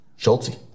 Schultzy